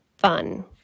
fun